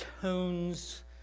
tones